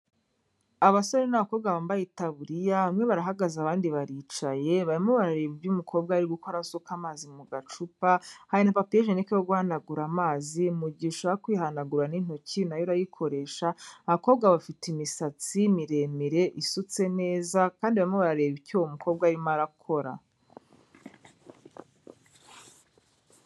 Abasore n'abakobwa bambaye itaburiya hamwe bamwe barahagaze abandi baricayi, barimo barareba ibyo umukobwa ari gukora asuka amazi mu gacupa hanyuma hari na papier hygienique guhanagura amazi mugisha kwihanagura n'intoki nayo urayikoresha abakobwa bafite imisatsi miremire isutse neza kandi barimo barareba icyo uwo mukobwa arimo arakora.